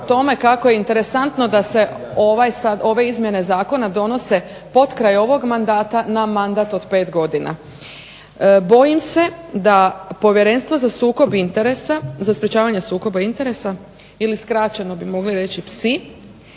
kako je interesantno da se ovaj sad, ove izmjene zakona donose potkraj ovog mandata na mandat od 5 godina. Bojim se da Povjerenstvo za sukob interesa, sa sprječavanje sukoba interesa ili skraćeno bi mogli reći PSI